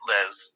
Liz